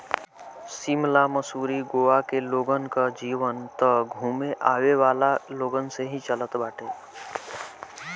शिमला, मसूरी, गोवा के लोगन कअ जीवन तअ घूमे आवेवाला लोगन से ही चलत बाटे